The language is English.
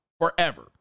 forever